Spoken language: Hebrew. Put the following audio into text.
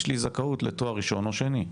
יש לי זכאות לתואר ראשון או שני.